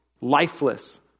lifeless